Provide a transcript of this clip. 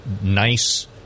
nice